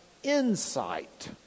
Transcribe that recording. insight